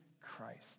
Christ